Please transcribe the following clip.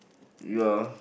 you're